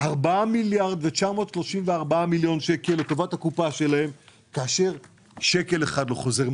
4 מיליארד ו-934 מיליון שקלים לטובת הקופה שלה כאשר שקל אחד לא חוזר.